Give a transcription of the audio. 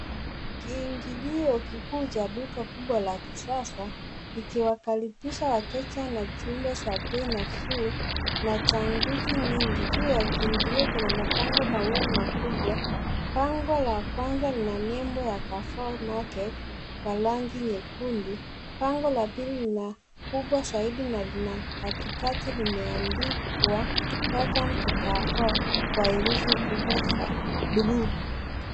Kiingilio kikuu cha duka kubwa la kisasa, likiwakaribisha wateja na jumbe za pei nafu na changuzi nyingi. Juu ya kiingilio kuna mabango mawili makubwa, bango la kwanza lina nebo ya Carrefour Market kwa rangi nyekundu, bango la bili lina kubwa zaidi na lina katika limeandikwa welcome to carrefour kwa herufi kubwa za bluu.